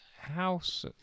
House